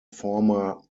former